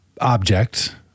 object